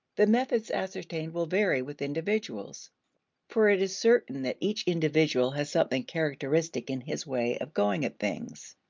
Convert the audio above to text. the methods ascertained will vary with individuals for it is certain that each individual has something characteristic in his way of going at things.